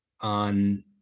on